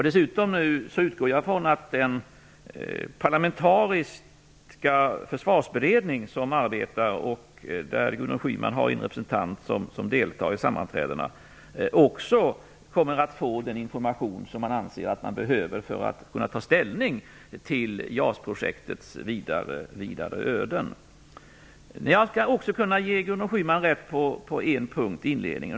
Dessutom utgår jag ifrån att den parlamentariska försvarsberedning som arbetar, och där Gudrun Schyman har en representant som deltar i sammanträdena, också kommer att få den information som de anser att de behöver för att kunna ta ställning till Jag kan ge Gudrun Schyman rätt på en punkt när det gäller det hon sade i inledningen.